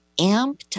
amped